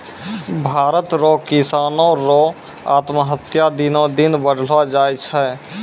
भारत रो किसानो रो आत्महत्या दिनो दिन बढ़लो जाय छै